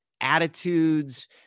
attitudes